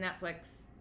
Netflix